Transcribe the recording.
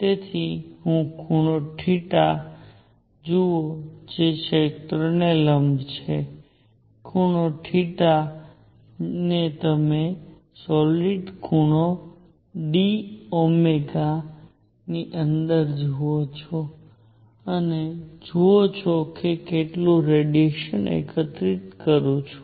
તેથી હું ખૂણો જુઓ જે ક્ષેત્રને લંબ છે ખુણો ને તમે સોલીડ ખુણો d ની અંદર જુઓ છો અને જુઓ કે કેટલું રેડીએશન એકત્રિત કરું છું